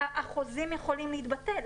החוזים יכולים להתבטל.